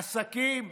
עסקים,